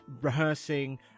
rehearsing